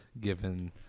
given